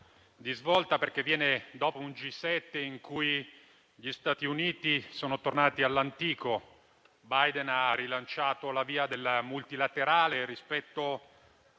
di svolta perché viene dopo un G7 in cui gli Stati Uniti sono tornati all'antico. Biden ha rilanciato la via del multilateralismo rispetto